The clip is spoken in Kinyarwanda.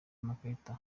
amakarita